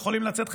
לא יכולים לצאת.